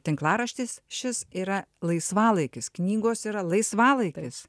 tinklaraštis šis yra laisvalaikis knygos yra laisvalaikis